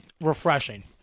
refreshing